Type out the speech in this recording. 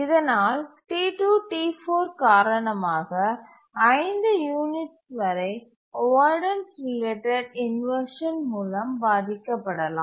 இதனால் T2 T4 காரணமாக 5 units வரை அவாய்டன்ஸ் ரிலேட்டட் இன்வர்ஷன் மூலம் பாதிக்கப்படலாம்